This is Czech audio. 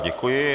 Děkuji.